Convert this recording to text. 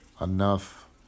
enough